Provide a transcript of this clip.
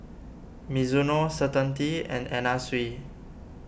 Mizuno Certainty and Anna Sui